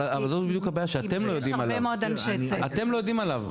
אבל זאת בדיוק הבעיה, אתם לא יודעים עליו.